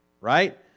right